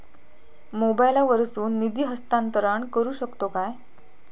मोबाईला वर्सून निधी हस्तांतरण करू शकतो काय?